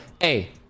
hey